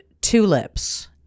tulips